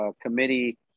committee